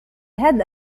had